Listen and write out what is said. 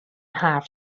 حرف